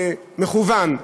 תמידית ומכוונת,